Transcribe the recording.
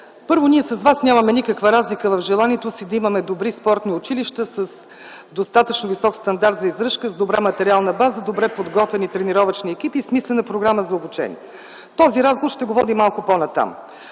Първо, ние с Вас нямаме никаква разлика в желанието си да имаме добри спортни училища с достатъчно висок стандарт за издръжка, с добра материална база, с добре подготвени тренировъчни екипи и смислена програма за обучение. Този разговор ще го водим малко по-нататък,